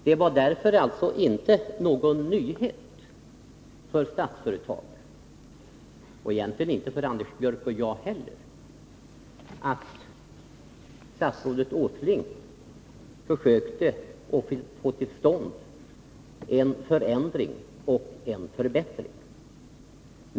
Det var därför inte någon nyhet för Statsföretag, och egentligen inte heller för Anders Björck och mig, att statsrådet Åsling försökte få till stånd en förändring och en förbättring.